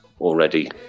Already